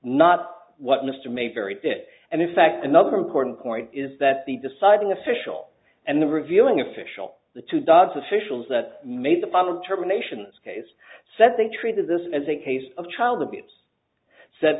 not what mr may vary it and in fact another important point is that the deciding official and the revealing official the two dogs officials that made the final terminations case said they treated this as a case of child abuse said